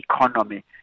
economy